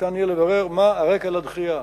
ניתן יהיה לברר מה הרקע לדחייה.